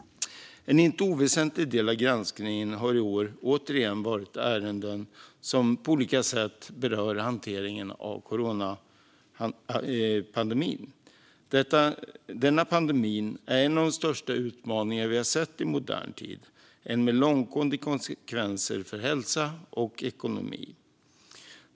En inte oväsentlig del av granskningen har i år återigen varit ärenden som på olika sätt berör hanteringen av coronapandemin. Denna pandemi är en av de största utmaningar vi sett i modern tid - en med långtgående konsekvenser för hälsa och ekonomi.